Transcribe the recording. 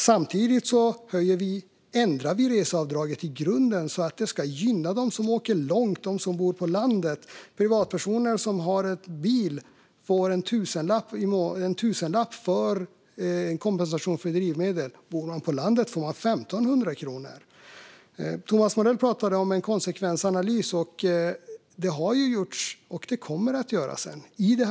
Samtidigt ändrar vi reseavdraget i grunden så att det ska gynna dem som åker långt och bor på landet. Privatpersoner som har en bil får en tusenlapp som kompensation för drivmedel. Om man bor på landet får man 1 500 kronor. Thomas Morell pratade om en konsekvensanalys. Det har gjorts, och det kommer att göras en sådan.